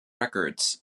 records